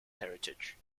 heritage